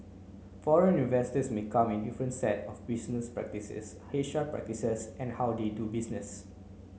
foreign investors may come a different set of business practices H R practices and how they do business